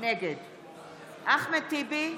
נגד אחמד טיבי,